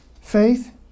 Faith